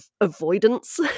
avoidance